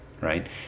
right